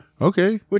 Okay